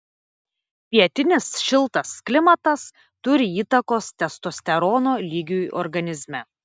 pietinis šiltas klimatas turi įtakos testosterono lygiui organizme